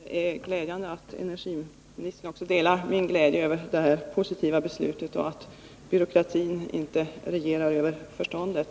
Herr talman! Det är roligt att höra att energiministern delar min glädje över det positiva beslutet och att byråkratin inte regerar över förståndet.